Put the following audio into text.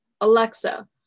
Alexa